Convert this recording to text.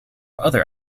other